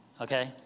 okay